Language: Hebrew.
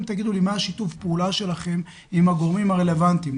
תגידו לי מה שיתוף הפעולה שלכם עם הגורמים הרלוונטיים,